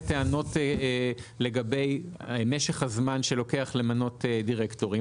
טענות לגבי משך הזמן שלוקח למנות דירקטורים,